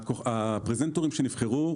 שהפרזנטורים שנבחרו,